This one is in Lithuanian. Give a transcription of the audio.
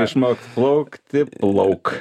išmokt plaukti plauk